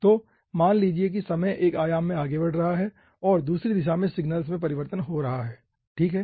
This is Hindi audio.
तो मान लीजिए कि समय एक आयाम में आगे बढ़ रहा है और दूसरी दिशा में सिग्नल्स में परिवर्तन हो रहा होगा ठीक है